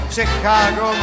Chicago